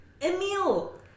Emil